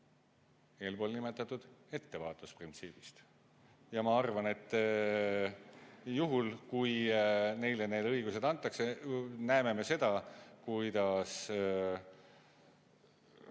eespool nimetatud ettevaatusprintsiibist. Ja ma arvan, et juhul, kui neile need õigused antakse, näeme me seda, kuidas see